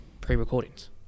Pre-recordings